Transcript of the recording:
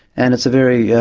and it's a very yeah